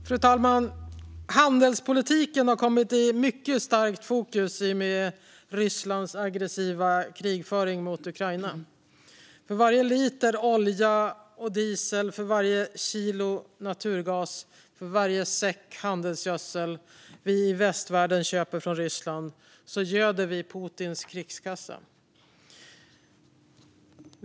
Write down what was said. Fru talman! Handelspolitiken har kommit i mycket starkt fokus i och med Rysslands aggressiva krigföring mot Ukraina. För varje liter olja och diesel, för varje kilo naturgas och för varje säck handelsgödsel som vi i västvärlden köper från Ryssland göder vi Putins krigskassa.